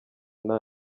nta